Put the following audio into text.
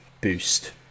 boost